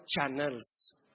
channels